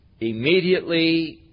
immediately